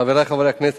חברי חברי הכנסת,